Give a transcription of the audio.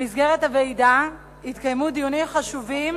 במסגרת הוועידה התקיימו דיונים חשובים,